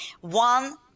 one